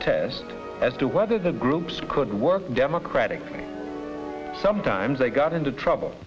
test as to whether the groups could work democratic sometimes they got into trouble